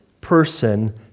person